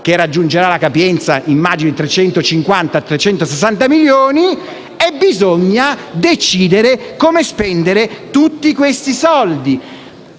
che raggiungerà la capienza di 350-360 milioni e bisogna decidere come spendere tutti questi soldi.